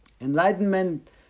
Enlightenment